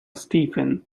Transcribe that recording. stephen